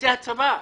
מבסיסי הצבא?